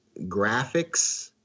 graphics